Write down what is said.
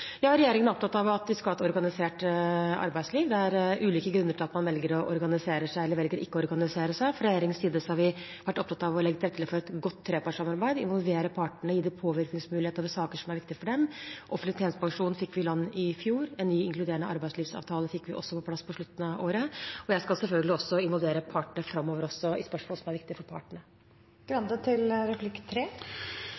vi skal ha et organisert arbeidsliv. Det er ulike grunner til at man velger å organisere seg eller ikke. Fra regjeringens side har vi vært opptatt av å legge til rette for et godt trepartssamarbeid og involvere partene og gi dem påvirkningsmulighet i sakene som er viktige for dem. Offentlig tjenestepensjon fikk vi i land i fjor, og en ny avtale om inkluderende arbeidsliv fikk vi på plass på slutten av året. Jeg skal selvfølgelig også involvere partene framover i spørsmål som er viktige for